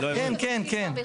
כן, כן, כן.